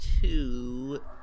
two